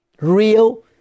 real